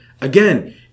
again